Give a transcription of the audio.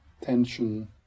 tension